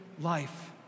life